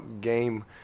game